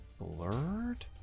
Blurred